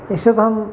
एक्स' गाहाम